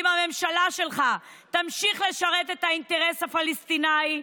אם הממשלה שלך תמשיך לשרת את האינטרס הפלסטיני,